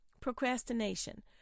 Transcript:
procrastination